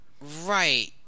Right